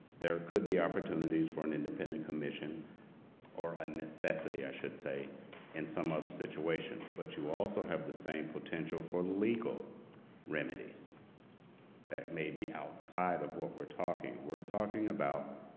there could be opportunities for an independent commission or a necessity i should say in some other situation, but you also have the same potential for legal remedies that may be outside of what we're talking we're talking about